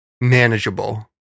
manageable